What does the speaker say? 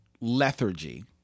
lethargy